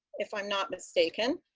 if i'm not mistaken.